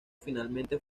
finalmente